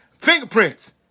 Fingerprints